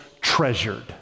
treasured